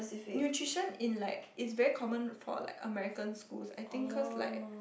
nutrition in like is very common for like American schools I think cause like